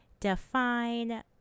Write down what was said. define